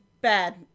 bad